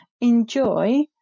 enjoy